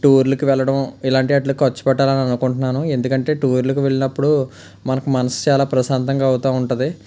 టూర్లుకి వెళ్ళడం ఇలాంటి వాటికి ఖర్చు పెట్టాలని అనుకుంటాను ఎందుకంటే టూర్లుకి వెళ్ళినప్పుడు మనకు మనసులు చాలా ప్రశాంతంగా అవుతు ఉంటుంది